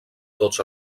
tots